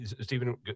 Stephen